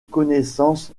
connaissance